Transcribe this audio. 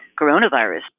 coronavirus